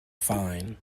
fine